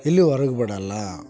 ಎಲ್ಲೂ ಹೊರಗ್ ಬಿಡೋಲ್ಲ